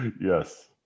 Yes